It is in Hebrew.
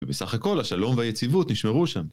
ובסך הכל, השלום והיציבות נשמרו שם.